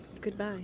Goodbye